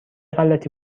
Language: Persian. غلتی